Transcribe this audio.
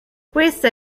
questa